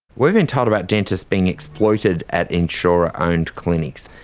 we've been told about dentists being exploited at insurer owned clinics,